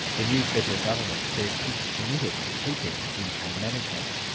the new federal government says it's committed to keeping income management.